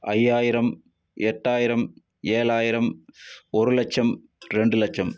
ஐயாயிரம் எட்டாயிரம் ஏழாயிரம் ஒரு லட்சம் ரெண்டு லட்சம்